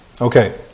Okay